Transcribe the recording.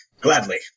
Gladly